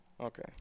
okay